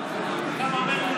כמה מתו